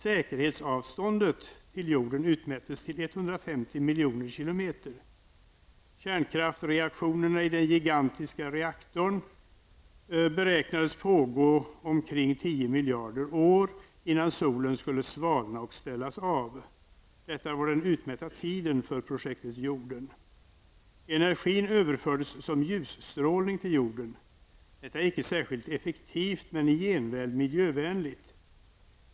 Säkerhetsavståndet till jorden utmättes till 150 miljoner km. beräknades pågå omkring 10 miljarder år innan solen skulle svalna och ställas av. Detta var den utmätta tiden för projektet jorden. Energin överfördes som ljusstrålning till Jorden. Detta är inte särskilt effektivt men i gengäld miljövänligt.